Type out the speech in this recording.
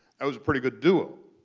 that was pretty good duo.